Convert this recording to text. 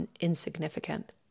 insignificant